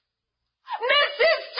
Mrs